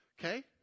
Okay